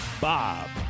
Bob